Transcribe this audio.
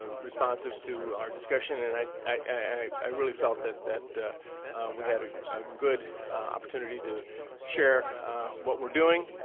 ah responsive to our discussion and i i really felt that that we had a good opportunity to share what we are doing.